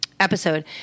episode